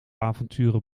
avonturen